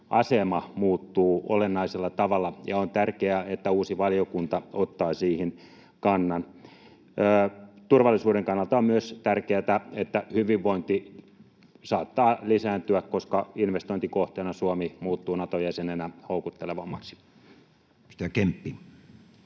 muuttuu olennaisella tavalla, ja on tärkeää, että uusi valiokunta ottaa siihen kannan. Turvallisuuden kannalta on myös tärkeätä, että hyvinvointi saattaa lisääntyä, koska investointikohteena Suomi muuttuu Nato-jäsenenä houkuttelevammaksi. [Speech